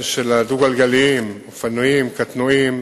טלפונים סלולריים, רצוני לשאול: